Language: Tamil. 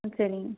ம் சரிங்க